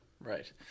Right